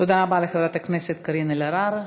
תודה רבה לחברת הכנסת קארין אלהרר.